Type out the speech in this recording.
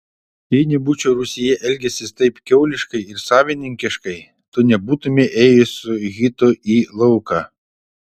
jei nebūčiau rūsyje elgęsis taip kiauliškai ir savininkiškai tu nebūtumei ėjusi su hitu į lauką